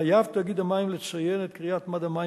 חייב תאגיד המים לציין את קריאת מד המים